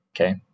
Okay